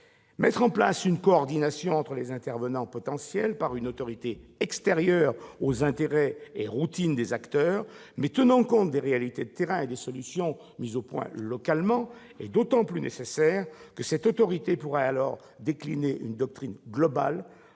Mettre en place une coordination entre les intervenants potentiels par une autorité extérieure aux intérêts et routines des acteurs, mais tenant compte des réalités de terrain et des solutions mises au point localement est d'autant plus nécessaire que cette autorité pourra alors décliner une doctrine globale